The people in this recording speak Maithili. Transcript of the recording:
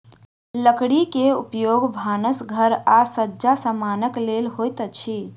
लकड़ी के उपयोग भानस घर आ सज्जा समानक लेल होइत अछि